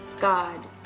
God